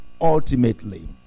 ultimately